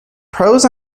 pros